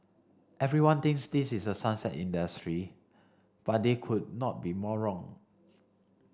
everyone thinks this is a sunset industry but they could not be more wrong